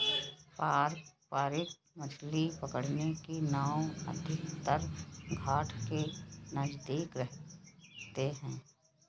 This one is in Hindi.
पारंपरिक मछली पकड़ने की नाव अधिकतर तट के नजदीक रहते हैं